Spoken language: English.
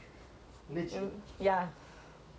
oh what the hell these nineties kids